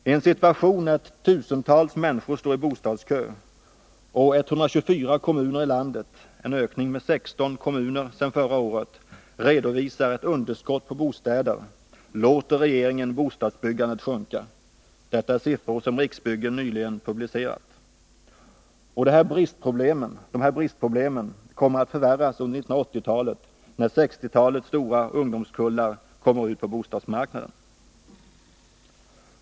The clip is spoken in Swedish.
Ien situation när tusentals människor står i bostadskö och 124 kommuner i landet — en ökning med 16 kommuner sedan förra året — redovisar ett underskott på bostäder, låter regeringen bostadsbyggandet sjunka. Detta är siffror som Riksbyggen nyligen publicerat. Och de här bristproblemen kommer att förvärras under 1980-talet, när 1960-talets stora ungdomskullar kommer ut på bostadsmarknaden.